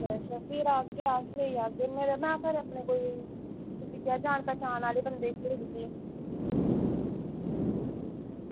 अच्छा अच्छा फिर आह्गे अस ते लेई जाह्गे ते जां भी जान पहचान आह्ले बंदे गी भेजगे